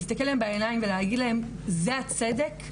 להסתכל להם בעיניים ולהגיד להם זה הצדק,